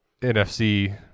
NFC